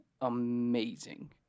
amazing